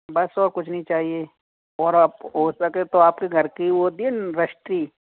बस और कुछ नहीं चाहिए और आप हो सके तो आपके घर के वो दिन रश्ट्री